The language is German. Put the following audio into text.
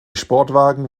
sportwagen